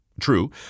True